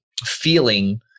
feeling